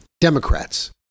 Democrats